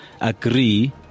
agree